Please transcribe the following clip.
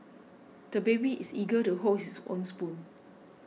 the baby is eager to hold his own spoon